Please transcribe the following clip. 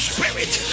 Spirit